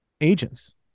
agents